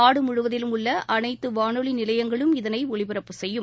நாடு முழுவதிலும் உள்ள அனைத்து வானொலி நிலையங்களும் இதனை ஒலிப்பரப்பு செய்யும்